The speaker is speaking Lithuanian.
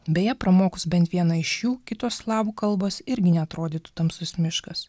beje pramokus bent vieną iš jų kitos slavų kalbos irgi neatrodytų tamsus miškas